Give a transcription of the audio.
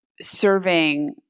serving